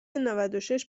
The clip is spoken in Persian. نودوشش